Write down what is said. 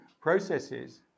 processes